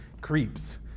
creeps